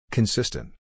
Consistent